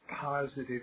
positive